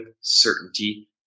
certainty